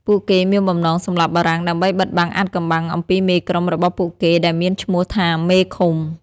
ពួកគេមានបំណងសម្លាប់បារាំងដើម្បីបិទបាំងអាថ៌កំបាំងអំពីមេក្រុមរបស់ពួកគេដែលមានឈ្មោះថាមេឃុំ។